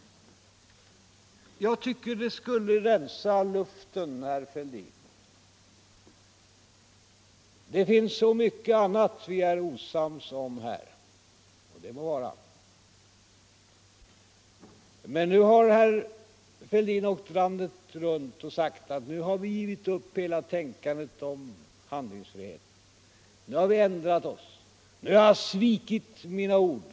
Jag tycker vi borde rensa luften, herr Fälldin — det finns så mycket annat vi är osams om, och det må vara. Men herr Fälldin har åkt landet runt och sagt att socialdemokraterna ändrat sig och givit upp målsättningen om handlingsfrihet och att jag svikit mina ord.